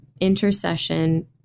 intercession